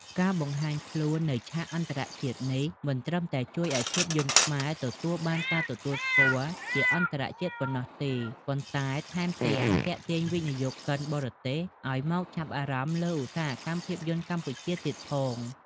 ការបង្ហាញខ្លួននៅឆាកអន្តរជាតិនេះ មិនត្រឹមតែជួយឱ្យភាពយន្តខ្មែរទទួលបានការទទួលស្គាល់ជាអន្តរជាតិប៉ុណ្ណោះទេ ប៉ុន្តែថែមទាំង ទាក់ទាញវិនិយោគិនបរទេសឱ្យមកចាប់អារម្មណ៍លើឧស្សាហកម្មភាពយន្តកម្ពុជា ទៀតផង។